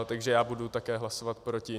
Takže já také budu také hlasovat proti.